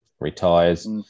Retires